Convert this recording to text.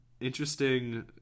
interesting